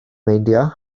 meindio